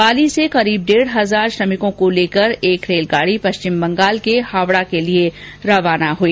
पाली से लगभग डेढ हजार श्रमिकों को लेकर एक रेलगाड़ी पश्चिमबंगाल के हावड़ा के लिए रवाना हुई